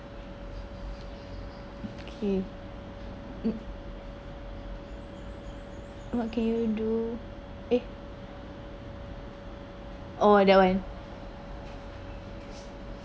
okay what can you do eh oh that one